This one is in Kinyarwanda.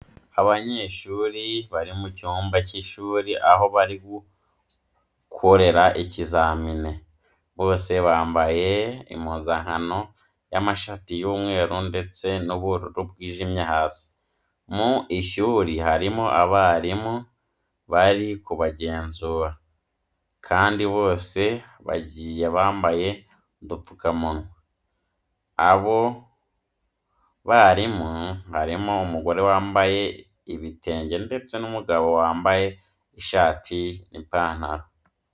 Abanyeshuri bari mu cyumba cy'ishuri aho bari gukorera ikizamini, bose bambaye impuzankano y'amashati y'umweru ndetse n'ubururu bwijimye hasi. Mu ishuri harimo abarimu bari kubagenzura kandi bose bagiye bambaye udupfukamunwa. Abo barimu harimo umugore wambaye ibitenge ndetse n'umugabo wambaye ishati n'ipantaro.